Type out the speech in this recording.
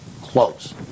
close